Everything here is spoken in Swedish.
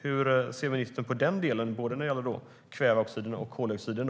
Hur ser ministern på den delen när det gäller både kväveoxiden och koldioxiden?